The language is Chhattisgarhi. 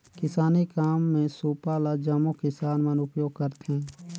किसानी काम मे सूपा ल जम्मो किसान मन उपियोग करथे